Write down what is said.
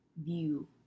view